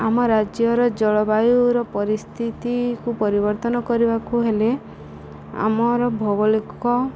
ଆମ ରାଜ୍ୟର ଜଳବାୟୁର ପରିସ୍ଥିତିକୁ ପରିବର୍ତ୍ତନ କରିବାକୁ ହେଲେ ଆମର ଭୌଗଳିକ